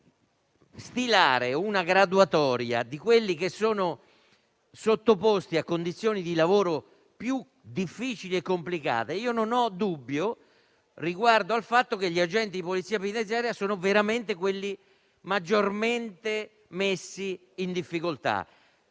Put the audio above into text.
stilare una graduatoria di quelli che sono sottoposti a condizioni di lavoro più difficili e complicate, io non ho dubbi riguardo al fatto che gli agenti polizia penitenziaria sono veramente quelli maggiormente messi in difficoltà.